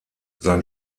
sein